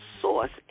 source